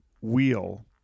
wheel